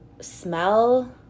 smell